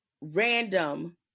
random